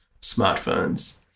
smartphones